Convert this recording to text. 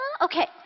Okay